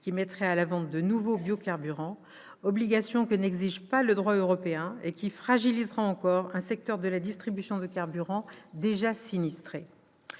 qui mettrait à la vente de nouveaux biocarburants, obligation que n'exige pas le droit européen et qui fragilisera encore un secteur de la distribution de carburants déjà sinistré.